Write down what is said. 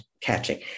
Catching